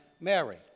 Mary